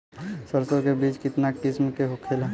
सरसो के बिज कितना किस्म के होखे ला?